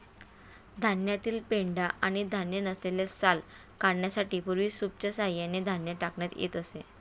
धान्यातील पेंढा आणि धान्य नसलेली साल काढण्यासाठी पूर्वी सूपच्या सहाय्याने धान्य टाकण्यात येत असे